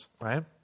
Right